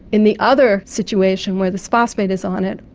in the other situation where this phosphate is on it,